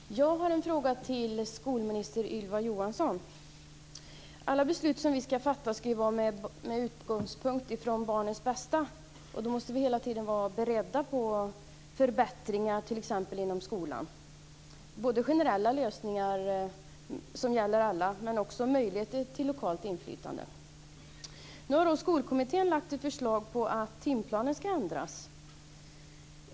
Fru talman! Jag har en fråga till skolminister Ylva Alla beslut som vi skall fatta skall vara med utgångspunkt i barnens bästa, och då måste vi hela tiden vara beredda på förbättringar, t.ex. inom skolan. Det är generella lösningar som gäller alla men också möjligheter till lokalt inflytande. Nu har Skolkommittén lagt ett förslag om att timplanen skall ändras.